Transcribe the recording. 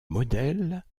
modèle